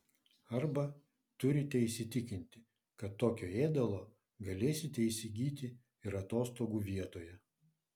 arba turite įsitikinti kad tokio ėdalo galėsite įsigyti ir atostogų vietoje